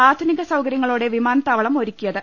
ആധുനിക സൌകര്യങ്ങളോടെ വിമാനത്താവളം ഒരുക്കിയത്